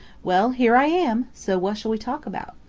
well, here i am, so what shall we talk about?